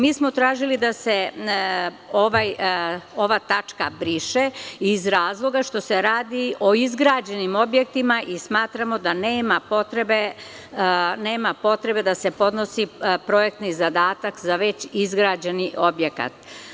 Mi smo tražili da se ova tačka briše, iz razloga što se radi o izgrađenim objektima i smatramo da nema potrebe da se podnosi projektni zadatak za već izgrađeni objekat.